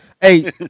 Hey